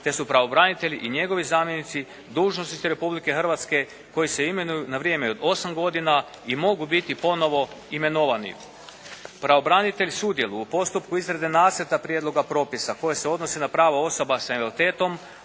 te su pravobranitelj i njegovi zamjenici dužnosnici Republike Hrvatske koji se imenuju na vrijeme od osam godina i mogu biti ponovo imenovani. Pravobranitelj sudjeluje u postupku izrade nacrta prijedloga propisa koji se odnose na prava osoba sa invaliditetom